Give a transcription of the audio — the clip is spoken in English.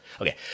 Okay